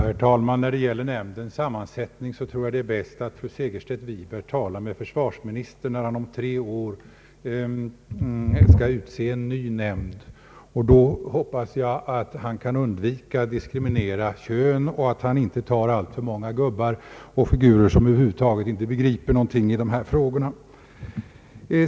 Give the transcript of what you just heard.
Herr talman! När det gäller nämndens sammansättning tror jag att det är bäst att fru Segerstedt Wiberg talar med försvarsministern när han om tre år skall utse en ny nämnd. Jag hoppas att han då kan undvika könsdiskriminering och att han inte tar med alltför många gubbar och figurer som över huvud taget inte begriper något i dessa frågor.